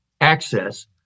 access